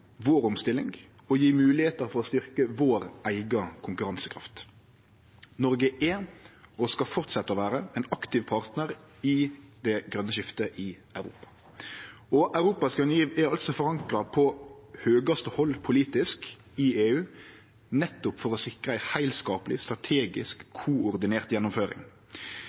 vår omstilling og gje moglegheiter for å styrkje vår eiga konkurransekraft. Noreg er og skal fortsetje å vere ein aktiv partnar i det grøne skiftet i Europa. Europas nye giv er forankra på høgaste hald politiske i EU, nettopp for å sikre ei heilskapleg, strategisk og koordinert gjennomføring.